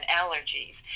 allergies